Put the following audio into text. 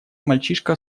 мальчишка